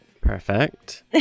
Perfect